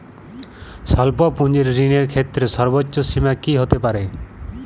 স্বল্প পুঁজির ঋণের ক্ষেত্রে সর্ব্বোচ্চ সীমা কী হতে পারে?